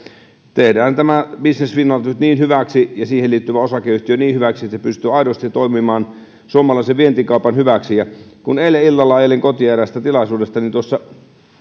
tehdään tämä business finland nyt niin hyväksi ja siihen liittyvä osakeyhtiö niin hyväksi että se pystyy aidosti toimimaan suomalaisen vientikaupan hyväksi kun eilen illalla ajelin kotiin eräästä tilaisuudesta niin